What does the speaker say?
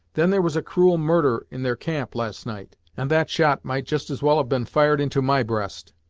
then there was a cruel murder in their camp last night, and that shot might just as well have been fired into my breast.